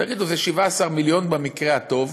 תגידו, 17 מיליון, במקרה הטוב,